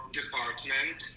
department